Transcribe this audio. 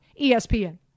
ESPN